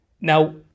now